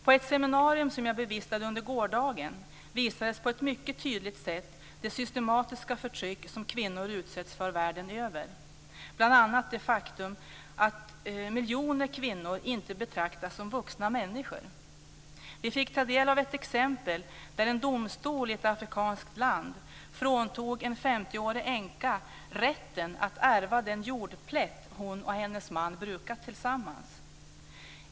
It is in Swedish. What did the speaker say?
På ett seminarium som jag bevistade under gårdagen visades på ett mycket tydligt sätt det systematiska förtryck som kvinnor utsätts för världen över, bl.a. det faktum att miljoner kvinnor inte betraktas som vuxna människor. Vi fick ta del av ett exempel där en domstol i ett afrikanskt land fråntog en femtioårig änka rätten att ärva den jordplätt hon och hennes man brukat tillsammans.